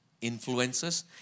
influences